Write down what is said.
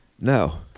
No